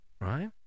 right